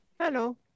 Hello